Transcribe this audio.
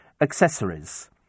accessories